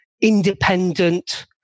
independent